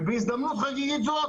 ובהזדמנות חגיגית זו,